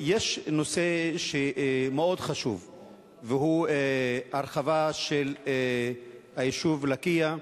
יש נושא מאוד חשוב, והוא הרחבה של היישוב לקיה.